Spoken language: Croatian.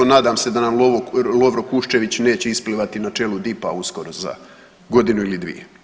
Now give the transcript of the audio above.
Nadam se da nam Lovro Kuščević neće isplivati na čelu DIP-a uskoro za godinu ili dvije.